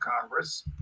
Congress